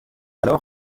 alors